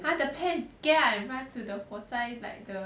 !huh! the plan is get out and run to the 火灾 like the